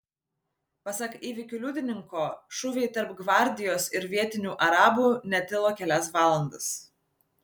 pasak įvykių liudininko šūviai tarp gvardijos ir vietinių arabų netilo kelias valandas